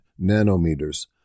nanometers